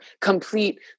complete